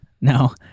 no